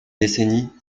décennie